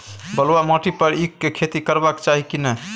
बलुआ माटी पर ईख के खेती करबा चाही की नय?